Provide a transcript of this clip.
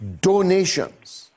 donations